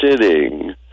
sitting